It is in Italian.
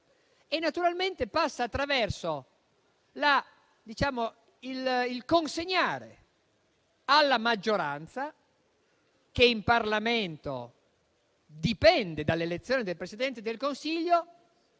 Naturalmente, passa attraverso la consegna alla maggioranza, che in Parlamento dipende dall'elezione del Presidente del Consiglio,